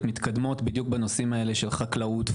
מתקדמות בדיוק בנושאים האלה בחקלאות,